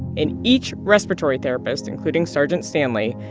and each respiratory therapist, including sergeant stanley,